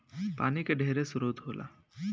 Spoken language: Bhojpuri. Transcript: पानी के ढेरे स्रोत होला